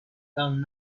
found